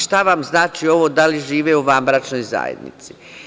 Šta vam znači ovo da li živi u vanbračnoj zajednici?